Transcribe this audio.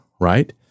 right